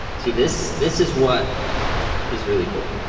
see this this is what is really cool.